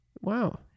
wow